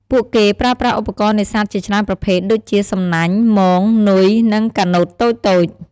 ពួកគេប្រើប្រាស់ឧបករណ៍នេសាទជាច្រើនប្រភេទដូចជា សំណាញ់ មង នុយ និង កាណូតតូចៗ។